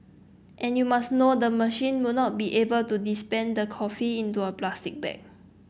and you must know the machine will not be able to dispense the coffee into a plastic bag